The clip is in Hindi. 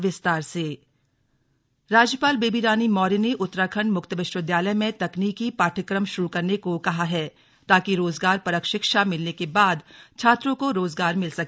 स्लग दीक्षांत समारोह राज्यपाल बेबी रानी मौर्य ने उत्तराखंड मुक्त विश्वविद्यालय में तकनीकी पाठ्यक्रम शुरू करने को कहा है ताकि रोजगार परक शिक्षा मिलने के बाद छात्रों को रोजगार मिल सके